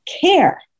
care